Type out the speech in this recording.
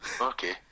okay